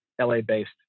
LA-based